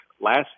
last